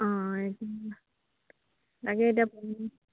অঁ এ তাকে এতিয়া